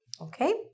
Okay